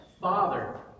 father